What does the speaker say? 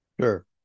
Sure